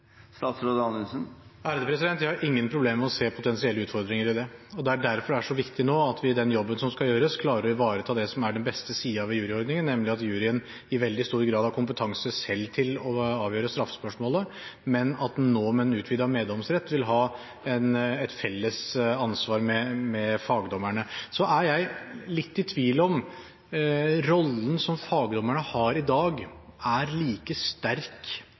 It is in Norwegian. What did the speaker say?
Jeg har ingen problemer med å se potensielle utfordringer i det. Det er derfor det er så viktig nå at vi i den jobben som skal gjøres, klarer å ivareta det som er den beste siden ved juryordningen, nemlig at juryen i veldig stor grad har kompetanse selv til å avgjøre straffespørsmålet, men at man nå med en utvidet meddomsrett vil ha et felles ansvar med fagdommerne. Så er jeg litt i tvil om rollen som fagdommerne har i dag, er like sterk